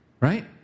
right